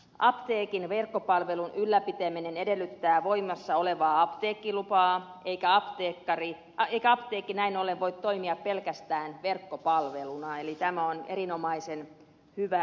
apteekin verkkopalvelun ylläpitäminen edellyttää voimassa olevaa apteekkilupaa eikä apteekki näin ollen voi toimia pelkästään verkkopalveluna eli tämä on erinomaisen hyvä asia